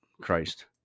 christ